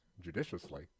judiciously